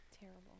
Terrible